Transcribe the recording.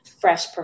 fresh